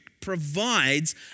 provides